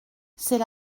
c’est